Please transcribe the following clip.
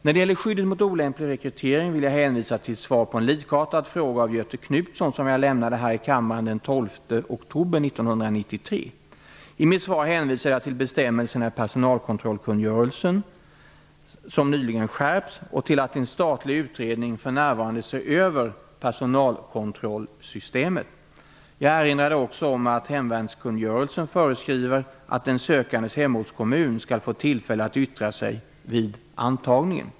När det gäller skyddet mot olämplig rekrytering vill jag hänvisa till svar på en likartad fråga av Göthe Knutson som jag lämnade här i kammaren den 12 oktober 1993. I mitt svar hänvisade jag till att bestämmelserna i personal kontrollkungörelsen nyligen skärpts och till att en statlig utredning för närvarande ser över personalkontrollsystemet. Jag erinrade också om att hemvärnskungörelsen fö reskriver att den sökandes hemortskommun skall få tillfälle att yttra sig vid antagningen.